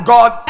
God